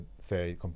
say